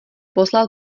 poslal